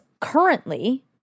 currently